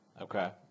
okay